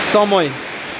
समय